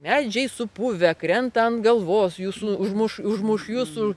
medžiai supuvę krenta ant galvos jūsų užmuš užmuš jūsų